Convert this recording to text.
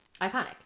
Iconic